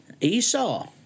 Esau